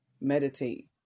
Meditate